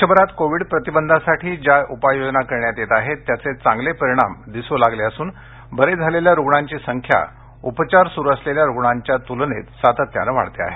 देशभरात कोविड प्रतिबंधासाठी ज्या उपाययोजना करण्यात येत आहेत त्यांचे चांगले परिणाम दिसू लागले असून बरे झालेल्या रुग्णांची संख्या उपचार सूरू असलेल्या रुग्णांच्या त्लनेत सातत्यानं वाढते आहे